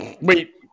Wait